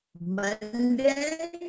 Monday